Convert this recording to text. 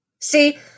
see